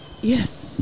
Yes